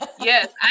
Yes